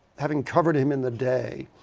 having covered him in the day,